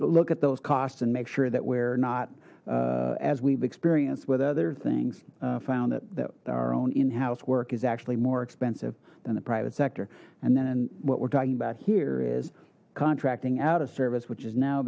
the look at those costs and make sure that we're not as we've experienced with other things found that our own in house work is actually more expensive than the private sector and then what we're talking about here is contracting out a service which is now